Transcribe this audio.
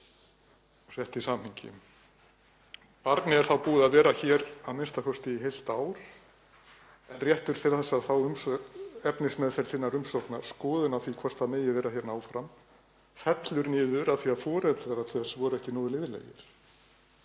og sett í samhengi. Barnið er þá búið að vera hér í a.m.k. heilt ár en réttur til að fá efnismeðferð sinnar umsóknar, skoðun á því hvort það megi vera hérna áfram, fellur niður af því að foreldrar þess voru ekki nógu liðlegir.